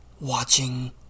watching